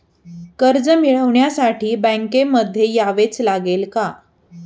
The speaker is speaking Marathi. कर्ज मिळवण्यासाठी बँकेमध्ये यावेच लागेल का?